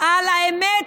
על האמת,